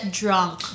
drunk